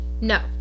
No